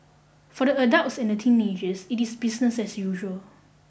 for the adults and the teenagers it is business as usual